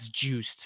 juiced